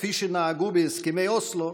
כפי שנהגו בהסכמי אוסלו,